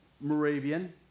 Moravian